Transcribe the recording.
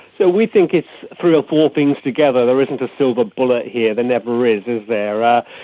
so we think it's three or four things together, there isn't a silver bullet here, there never is is there. ah